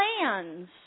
plans